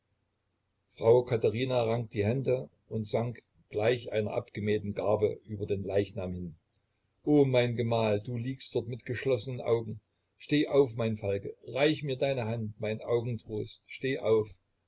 frau katherine rang die hände und sank gleich einer abgemähten garbe über den leichnam hin o mein gemahl du liegst dort mit geschlossnen augen steh auf mein falke reich mir deine hand mein augentrost steh auf